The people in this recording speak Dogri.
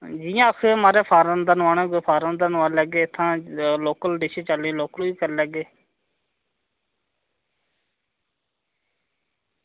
जियां आक्खो म्हाराज फॉरेन दा नोआना ते फॉरेन दा नोआई लैगे लोकल डिश चलदी ते लोकल चलाई लैगे